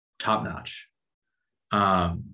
top-notch